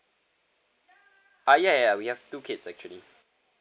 ah ya ya we have two kids actually